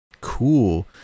cool